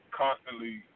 constantly